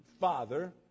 father